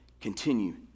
Continue